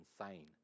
insane